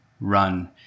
run